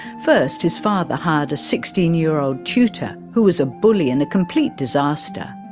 first, his father hired a sixteen year old tutor who was a bully and a complete disaster.